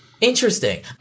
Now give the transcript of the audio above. Interesting